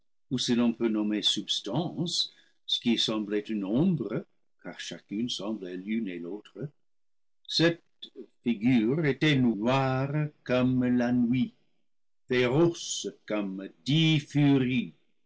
l'on peut nommer substance ce qui semblait une ombre car chacune semblait l'une et l'autre cette figure était noire comme la nuit féroce comme dix furies